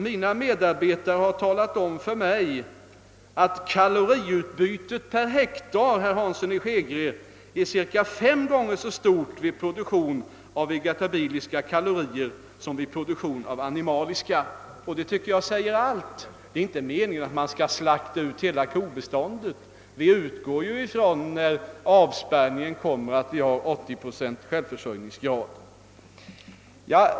Mina medarbetare har talat om för mig att kaloriutbytet per hektar är cirka 5 gånger så stort vid produktion av vegetabiliska kalorier som vid produktion av animaliska. Det säger allt! Det är inte meningen att man skall slakta ut hela kobeståndet. Vi utgår ju ifrån att vi när en avspärrning kommer skall ha en 80-procentig självförsörjningsgrad.